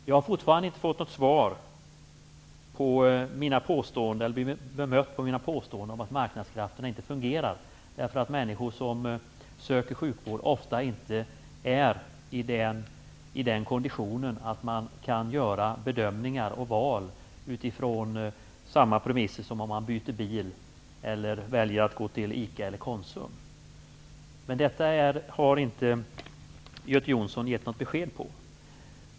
Jag har fortfarande inte fått något bemötande av mina påståenden om att marknadskrafterna inte fungear inom sjukvården, därför att människor som söker sjukvård ofta inte är i den konditionen att de kan göra bedömningar och val utifrån samma slags premisser som när man byter bil eller väljer mellan ICA och Konsum. Det har inte Göte Jonsson gett något besked om.